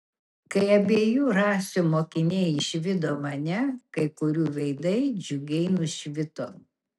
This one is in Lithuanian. kai abiejų rasių mokiniai išvydo mane kai kurių veidai džiugiai nušvito